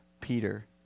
Peter